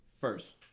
First